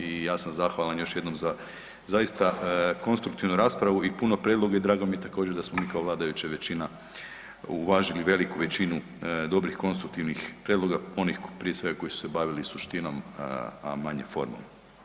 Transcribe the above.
I ja sam zahvalan još jednom za zaista konstruktivnu raspravu i puno prijedloga i drago mi je također da smo mi kao vladajuća većina uvažili veliku većinu dobrih konstruktivnih prijedloga, onih prije svega koji su se bavili suštinom, a manje formom.